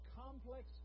complex